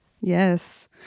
yes